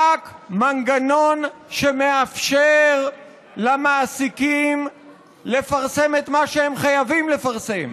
רק מנגנון שמאפשר למעסיקים לפרסם את מה שהם חייבים לפרסם,